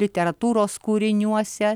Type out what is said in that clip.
literatūros kūriniuose